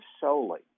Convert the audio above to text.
solely